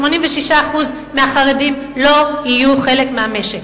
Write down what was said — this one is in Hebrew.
86% מהחרדים לא יהיו חלק מהמשק.